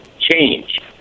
change